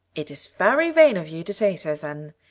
it's very vain of you to say so then.